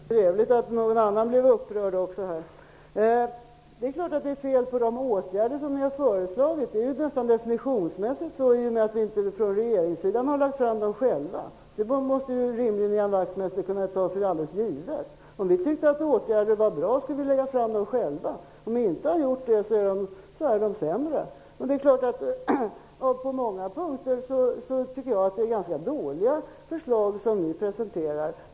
Fru talman! Vad trevligt att någon annan också blev upprörd här. Det är klart att det är fel på de åtgärder som ni har föreslagit. Det är nästan definitionsmässigt så i och med att vi inte från regeringssidan själva har lagt fram dem. Det borde rimligen Ian Wachtmeister kunna ta alldeles för givet. Om vi tyckte att åtgärder var bra skulle vi själva föreslå dem. Om vi inte har gjort det så är det för att de är sämre. På många punkter tycker jag att det är ganska dåliga förslag som ni presenterar.